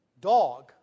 dog